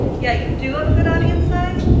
yeah, you do have a good audience size,